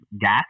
gas